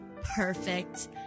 Perfect